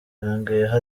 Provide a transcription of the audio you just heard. yongeyeho